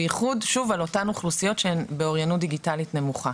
בייחוד על אותן אוכלוסיות שהן באוריינות דיגיטלית נמוכה.